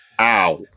Ow